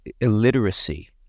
illiteracy